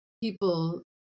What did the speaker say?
people